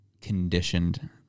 conditioned